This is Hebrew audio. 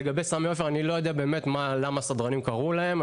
לגבי סמי עופר אני לא יודע באמת למה הסדרנים קראו להם.